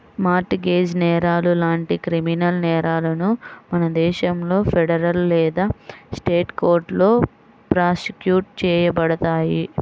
mart gauge నేరాలు లాంటి criminal నేరాలను మన దేశంలో ఫెడరల్ లేదా స్టేట్ కోర్టులో ప్రాసిక్యూట్ చేయబడతాయి